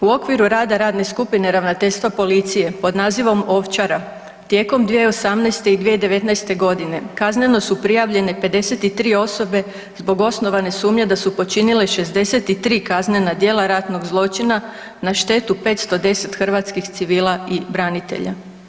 U okviru rada radne skupine ravnateljstva policije pod nazivom „Ovčara“ tijekom 2018. i 2019.g. kazneno su prijavljene 53 osobe zbog osnovane sumnje da su počinile 63 kaznena djela ratnog zločina na štetu 510 hrvatskih civila i branitelja.